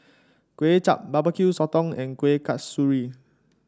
Kuay Chap Barbecue Sotong and Kuih Kasturi